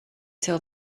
till